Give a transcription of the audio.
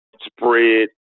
spread